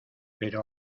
pero